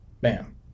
Bam